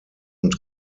und